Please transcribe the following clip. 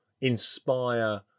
inspire